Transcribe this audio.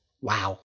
Wow